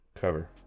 cover